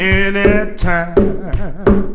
anytime